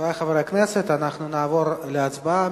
חברי חברי הכנסת, אנחנו נעבור להצבעה.